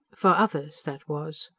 for others, that was.